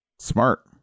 Smart